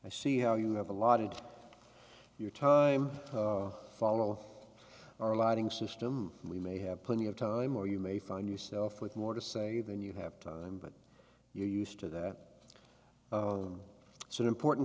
i see how you have a lot of your time follow our lighting system and we may have plenty of time or you may find yourself with more to say than you have time but you're used to that it's an important